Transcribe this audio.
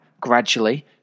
gradually